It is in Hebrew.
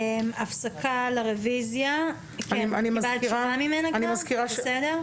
הפסקה לרביזיה, כן, קיבלת תשובה ממנה גם, זה בסדר?